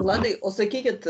vladai o sakykit